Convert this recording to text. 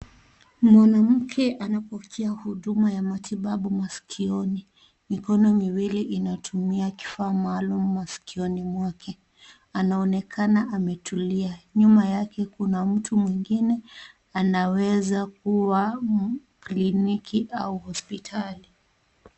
Mwanamke anapokea huduma ya matibabu masikioni. Mikono miwili inatumia kifaa maalum masikioni mwake. Anaonekana ametulia, nyuma yake kuna mtu mwingine, anaweza kuwa kliniki au hospitali.